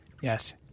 Yes